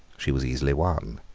she was easily won.